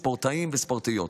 ספורטאים וספורטאיות.